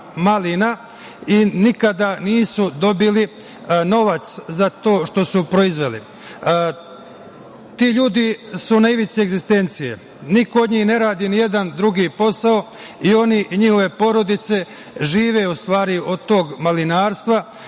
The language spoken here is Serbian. I nikada nisu dobili novac za to što su proizveli. Ti ljudi su na ivici egzistencije. Niko od njih ne radi nijedan drugi posao i njihove porodice žive, u stvari, od tog malinarstva.